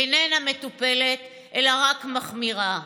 איננה מטופלת אלא רק מחמירה.